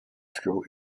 school